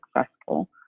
successful